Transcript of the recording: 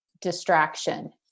distraction